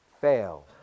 fail